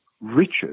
Richard